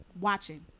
Watching